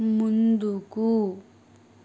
ముందుకు